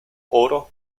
oro